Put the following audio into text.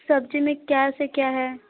सब्ज़ी में क्या से क्या है